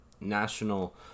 national